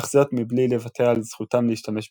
אך זאת מבלי לוותר על "זכותם להשתמש בהתנגדות".